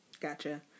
Gotcha